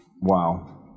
Wow